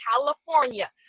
california